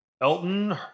elton